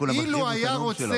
כולם מחרימים את הנאום שלו.